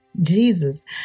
Jesus